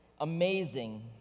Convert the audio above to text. amazing